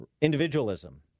Individualism